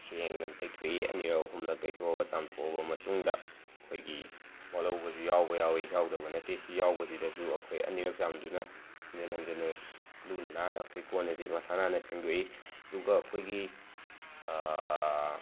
ꯁꯦꯡꯅ ꯇꯩꯊꯣꯛꯏ ꯑꯅꯤꯔꯛ ꯑꯍꯨꯝꯂꯛ ꯇꯩꯊꯣꯛꯂꯕ ꯆꯥꯝꯊꯣꯛꯂꯕ ꯃꯇꯨꯡꯗ ꯑꯩꯈꯣꯏꯒꯤ ꯋꯥꯠꯍꯧꯕꯁꯨ ꯌꯥꯎꯕ ꯌꯥꯎꯏ ꯌꯥꯎꯗꯕ ꯅꯠꯇꯦ ꯑꯁꯤ ꯌꯥꯎꯕꯁꯤꯗꯁꯨ ꯑꯩꯈꯣꯏ ꯑꯅꯤꯔꯛ ꯆꯥꯝꯗꯨꯅ ꯍꯟꯖꯤꯟ ꯍꯟꯖꯤꯟꯅ ꯂꯨꯅ ꯅꯥꯟꯅ ꯑꯩꯈꯣꯏ ꯀꯣꯟ ꯑꯁꯤ ꯃꯁꯥ ꯅꯥꯟꯅ ꯐꯦꯡꯗꯣꯛꯏ ꯑꯗꯨꯒ ꯑꯩꯈꯣꯏꯒꯤ